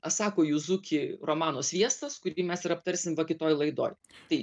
asako juzuki romano sviestas kurį mes ir aptarsim va kitoj laidoj tai